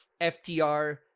FTR